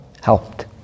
helped